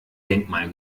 denkmal